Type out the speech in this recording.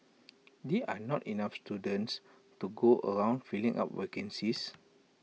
there are not enough students to go around filling up vacancies